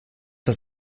das